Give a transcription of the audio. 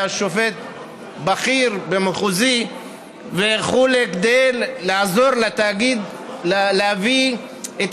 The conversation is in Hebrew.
היה שופט בכיר במחוזי וכו' כדי לעזור לתאגיד להביא את